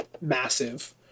massive